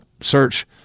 search